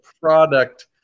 product